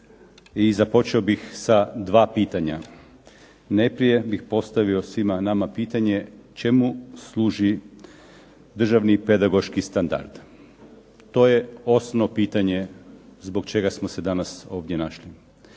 i započeo bih sa dva pitanja. Najprije bih postavio svima nama pitanje čemu služi državni pedagoški standard? To je osnovno pitanje zbog čega smo se danas ovdje našli.